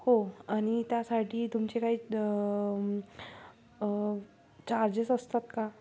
हो आणि त्यासाठी तुमचे काही चार्जेस असतात का